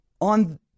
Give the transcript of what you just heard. on